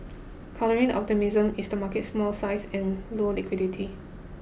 countering optimism is the market's small size and low liquidity